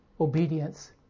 obedience